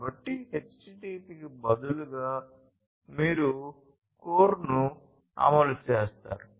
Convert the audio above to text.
కాబట్టి HTTP కి బదులుగా మీరు CORE ను అమలు చేస్తారు